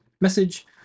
message